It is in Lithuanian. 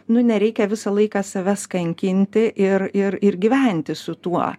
nu nereikia visą laiką savęs kankinti ir ir ir gyventi su tuo